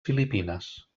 filipines